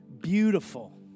Beautiful